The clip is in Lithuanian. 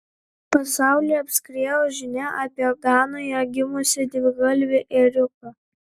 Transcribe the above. pasaulį apskriejo žinia apie ganoje gimusį dvigalvį ėriuką